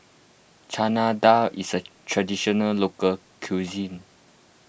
Chana Dal is a Traditional Local Cuisine